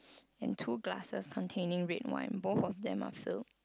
and two glasses containing red wine both of them are filled